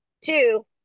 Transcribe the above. Two